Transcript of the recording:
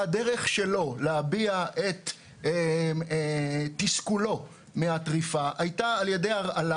והדרך שלו להביע את תסכולו מהטריפה הייתה על ידי הרעלה,